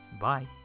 Bye